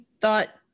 thought